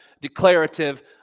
declarative